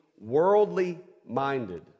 worldly-minded